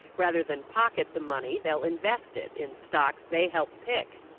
rather than pocket the money, they'll invest it in stocks they help pick.